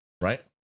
Right